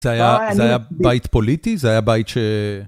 זה היה בית פוליטי? זה היה בית ש...